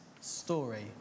story